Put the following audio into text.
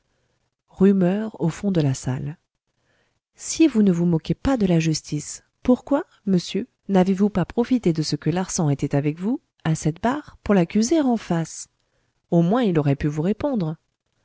rumeurs au fond de la salle si vous ne vous moquez pas de la justice pourquoi monsieur n'avez-vous pas profité de ce que larsan était avec vous à cette barre pour l'accuser en face au moins il aurait pu vous répondre